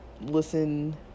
listen